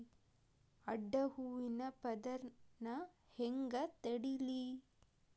ಅಡ್ಡ ಹೂವಿನ ಪದರ್ ನಾ ಹೆಂಗ್ ತಡಿಲಿ?